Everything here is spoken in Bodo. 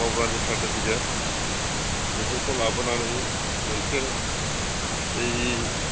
गावबुरानि सारटिफिकेट बेफोरखौ लाबोनानै मोनसे बै